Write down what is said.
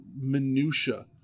minutia